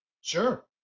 sure